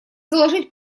заложить